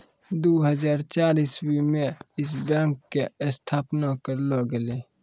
दु हजार चार इस्वी मे यस बैंक के स्थापना करलो गेलै